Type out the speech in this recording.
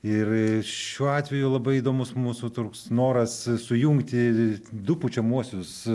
ir šiuo atveju labai įdomus mūsų toks noras sujungti du pučiamuosius